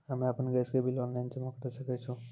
हम्मे आपन गैस के बिल ऑनलाइन जमा करै सकै छौ?